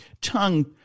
tongue